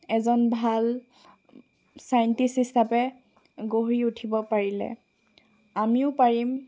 এজন ভাল চাইণ্টিষ্ট হিচাপে গঢ়ি উঠিব পাৰিলে আমিও পাৰিম